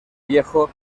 viejo